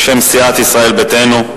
בשם סיעת ישראל ביתנו,